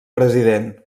president